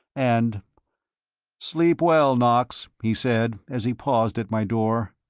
and sleep well, knox, he said, as he paused at my door.